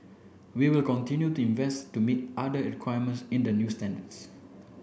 we will continue to invest to meet the other requirements in the new standards